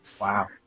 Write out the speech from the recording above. wow